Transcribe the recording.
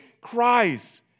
Christ